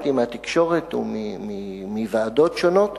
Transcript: שלמדתי מהתקשורת או מוועדות שונות,